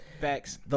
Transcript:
Facts